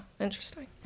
interesting